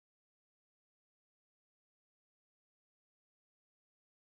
like you don't you you don't you don't be like eh eh eh eh eh Donovan